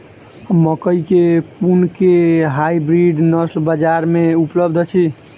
मकई केँ कुन केँ हाइब्रिड नस्ल बजार मे उपलब्ध अछि?